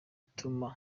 ituma